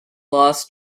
loss